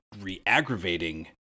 re-aggravating